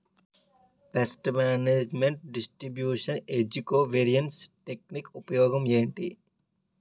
paste management distribution ఏజ్జి covariance technique ఉపయోగం ఏంటి